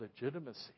legitimacy